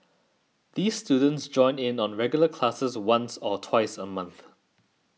these students join in on regular classes once or twice a month